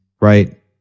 right